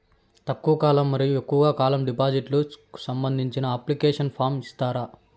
తక్కువ కాలం మరియు ఎక్కువగా కాలం డిపాజిట్లు కు సంబంధించిన అప్లికేషన్ ఫార్మ్ ఇస్తారా?